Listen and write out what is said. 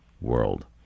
world